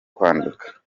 kwandika